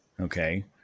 Okay